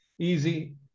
Easy